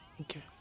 Okay